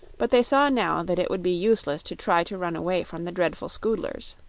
but they saw now that it would be useless to try to run away from the dreadful scoodlers.